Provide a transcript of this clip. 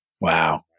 Wow